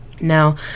now